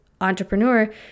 entrepreneur